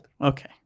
Okay